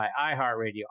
iHeartRadio